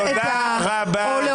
שזאת שאלה ממש קצרה אבל אז את נותנת נאום.